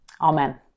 Amen